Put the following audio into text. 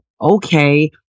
okay